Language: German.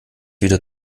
wieder